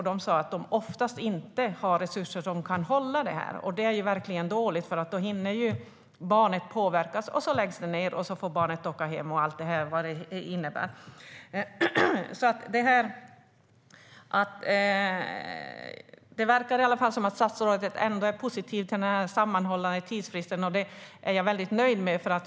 De sa att de oftast inte har resurser för att kunna göra detta. Det är verkligen dåligt, för då hinner barnet påverkas. Sedan läggs allting ned, och barnet får åka hem - med allt vad det innebär. Det verkar i alla fall som att statsrådet ändå är positiv till den sammanhållna tidsfristen, och det är jag väldigt nöjd med.